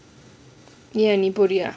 ஏன் நீ அங்க போறியா:ean nee anga poriya